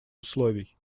условий